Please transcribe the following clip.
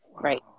Right